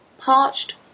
Parched